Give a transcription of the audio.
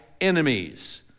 enemies